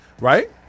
right